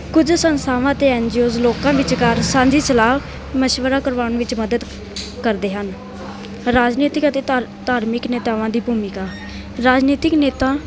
ਕੁਝ ਸੰਸਥਾਵਾਂ ਅਤੇ ਐਨ ਜੀ ਓਜ ਲੋਕਾਂ ਵਿਚਕਾਰ ਸਾਂਝੀ ਸਲਾਹ ਮਸ਼ਵਰਾ ਕਰਵਾਉਣ ਵਿੱਚ ਮਦਦ ਕਰਦੇ ਹਨ ਰਾਜਨੀਤਿਕ ਅਤੇ ਧਾ ਧਾਰਮਿਕ ਨੇਤਾਵਾਂ ਦੀ ਭੂਮਿਕਾ ਰਾਜਨੀਤਿਕ ਨੇਤਾ